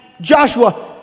Joshua